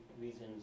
reasons